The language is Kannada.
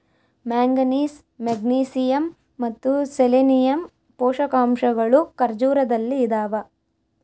ಮ್ಯಾಂಗನೀಸ್ ಮೆಗ್ನೀಸಿಯಮ್ ಮತ್ತು ಸೆಲೆನಿಯಮ್ ಪೋಷಕಾಂಶಗಳು ಖರ್ಜೂರದಲ್ಲಿ ಇದಾವ